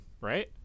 right